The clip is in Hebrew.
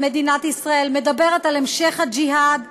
על מדינת ישראל, מדברת על המשך הג'יהאד,